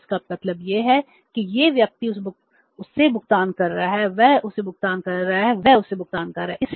तो इसका मतलब यह है कि यह व्यक्ति उसे भुगतान कर रहा है वह उसे भुगतान कर रहा है वह उसे भुगतान कर रहा है